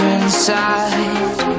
inside